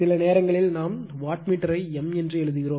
சில நேரங்களில் நாம் வாட்மீட்டரை M என்று எழுதுகிறோம்